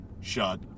shut